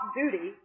duty